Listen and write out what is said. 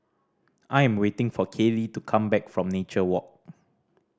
I am waiting for Kayley to come back from Nature Walk